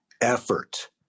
effort